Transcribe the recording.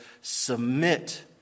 Submit